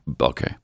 okay